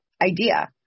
idea